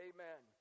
Amen